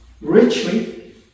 richly